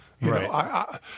Right